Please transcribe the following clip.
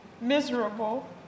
miserable